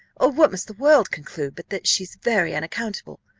or what must the world conclude, but that she's very unaccountable,